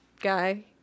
guy